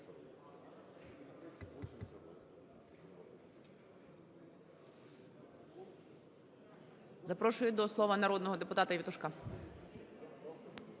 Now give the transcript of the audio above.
Запрошую до слова народного депутата Євтушка.